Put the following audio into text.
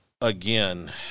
again